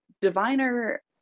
diviner